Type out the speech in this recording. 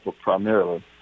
primarily